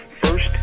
first